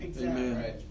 Amen